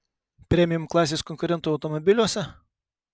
premium klasės konkurentų automobiliuose